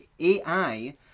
AI